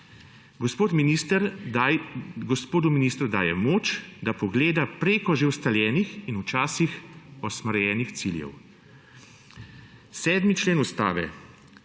gospodu ministru daje moč, da pogleda prek že ustaljenih in včasih osmrajenih ciljev. 7. člen Ustave